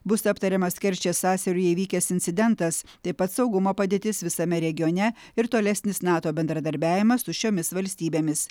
bus aptariamas kerčės sąsiauryje įvykęs incidentas taip pat saugumo padėtis visame regione ir tolesnis nato bendradarbiavimas su šiomis valstybėmis